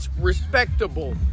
respectable